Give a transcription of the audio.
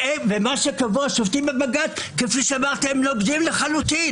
ומה שקבעו השופטים בבג"ץ נוגדים לחלוטין